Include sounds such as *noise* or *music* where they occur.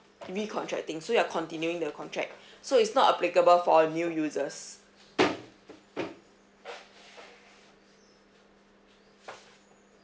recontracting so you're continuing the contract *breath* so it's not applicable for new users